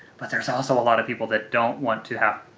but there's also a lot of people that don't want to have,